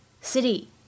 city